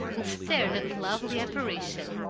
and stared at the lovely apparition.